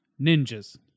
ninjas